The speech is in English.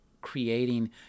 creating